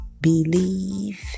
Believe